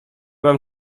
mam